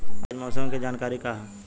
आज मौसम के जानकारी का ह?